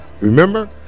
remember